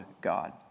God